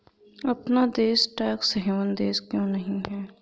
अपना देश tax haven देश क्यों नहीं है?